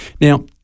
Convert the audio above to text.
Now